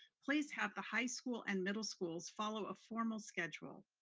please have the high school and middle schools follow a formal schedule.